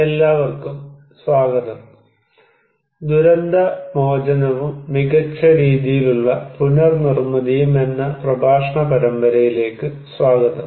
എല്ലാവർക്കും സ്വാഗതം ദുരന്ത മോചനവും മികച്ച രീതിയിലുള്ള പുനർ നിർമ്മിതിയും എന്ന പ്രഭാഷണ പരമ്പരയിലേക്ക് സ്വാഗതം